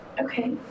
Okay